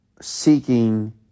seeking